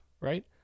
Right